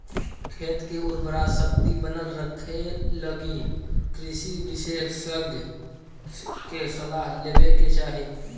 खेत के उर्वराशक्ति बनल रखेलगी कृषि विशेषज्ञ के सलाह लेवे के चाही